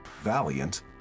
Valiant